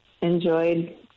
enjoyed